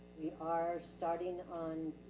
we are starting on